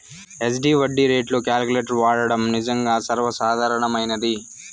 SD వడ్డీ రేట్లు calculator వాడడం నిజంగా సర్వసాధారణమైనది